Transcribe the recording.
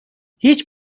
هیچ